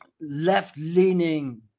left-leaning